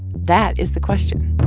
that is the question